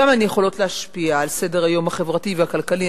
שם הן יכולות להשפיע על סדר-היום החברתי והכלכלי.